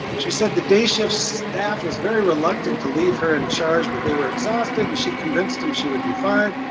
she said the day shift staff was very reluctant to leave her in charge, but they were exhausted and she convinced him she would be fine,